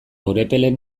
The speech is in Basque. urepelen